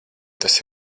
tas